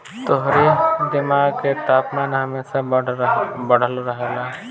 तोहरी दिमाग के तापमान हमेशा बढ़ल रहेला